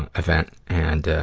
and event. and, ah,